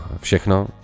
všechno